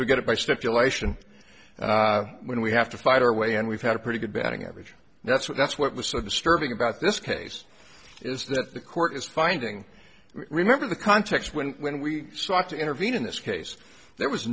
we get it by stipulation when we have to fight our way and we've had a pretty good batting average and that's what that's what was so disturbing about this case is that the court is finding remember the context when when we sought to intervene in this case there was